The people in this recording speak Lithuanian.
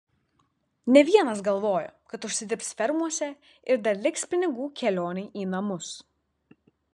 ne vienas galvojo kad užsidirbs fermose ir dar liks pinigų kelionei į namus